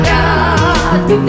God